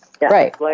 Right